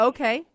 Okay